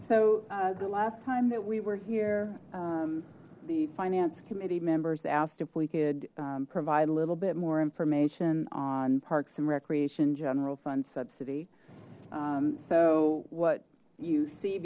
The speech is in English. so the last time that we were here the finance committee members asked if we could provide a little bit more information on parks and recreation general fund subsidy so what you see